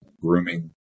grooming